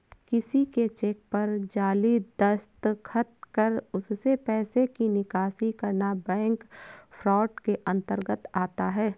किसी के चेक पर जाली दस्तखत कर उससे पैसे की निकासी करना बैंक फ्रॉड के अंतर्गत आता है